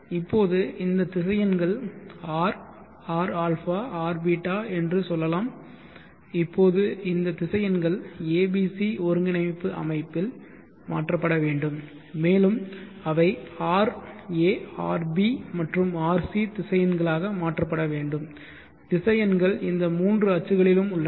இப்போது இந்த திசையன்கள் R Rα Rβ என்று சொல்லலாம் இப்போது இந்த திசையன்கள் a b c ஒருங்கிணைப்பு அமைப்பில் மாற்றப்பட வேண்டும் மேலும் அவை ra rb மற்றும் rc திசையன்களாக மாற்றப்பட வேண்டும் திசையன்கள் இந்த மூன்று அச்சுகளிலும் உள்ளன